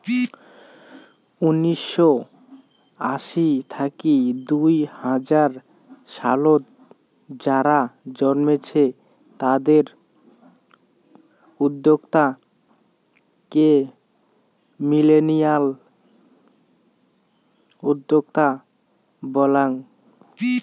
উনিসশো আশি থাকি দুই হাজার সালত যারা জন্মেছে তাদের উদ্যোক্তা কে মিলেনিয়াল উদ্যোক্তা বলাঙ্গ